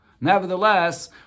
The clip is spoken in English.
Nevertheless